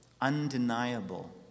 undeniable